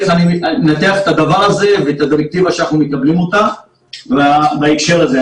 איך אני מנתח את הדבר הזה ואת הדירקטיבה שאנחנו מקבלים אותה בהקשר הזה.